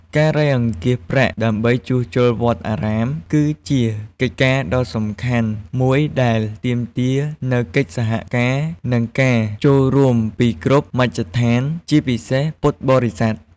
ការរៃអង្គាសប្រាក់ដើម្បីជួសជុលវត្តអារាម គឺជាកិច្ចការដ៏សំខាន់មួយដែលទាមទារនូវកិច្ចសហការ និងការចូលរួមពីគ្រប់មជ្ឈដ្ឋាន ជាពិសេសពុទ្ធបរិស័ទ។